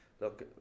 look